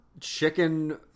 chicken